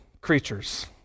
creatures